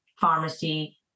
pharmacy